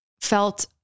felt